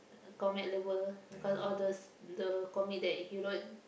comic lover because all those the comic that he wrote